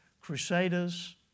Crusaders